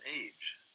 age